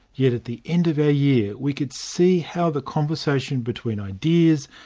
yet at the end of our year we could see how the conversation between ideas,